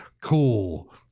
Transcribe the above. cool